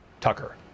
Tucker